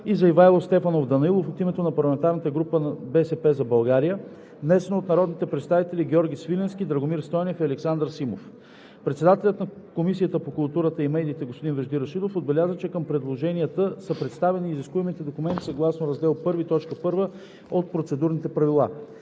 и за Ивайло Стефанов Данаилов – от името на парламентарната група „БСП за България“, внесено от народните представители Георги Свиленски, Драгомир Стойнев и Александър Симов. Председателят на Комисията по културата и медиите господин Вежди Рашидов отбеляза, че към предложенията са представени изискуемите документи съгласно Раздел I, т. 1 от Процедурните правила.